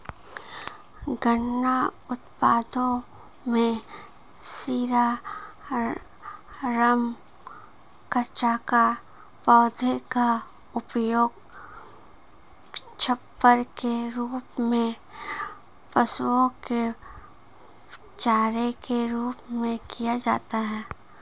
गन्ना उत्पादों में शीरा, रम, कचाका, पौधे का उपयोग छप्पर के रूप में, पशुओं के चारे के रूप में किया जाता है